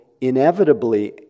Inevitably